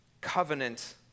covenant